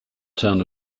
town